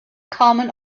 carmen